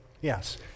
Yes